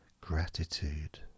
gratitude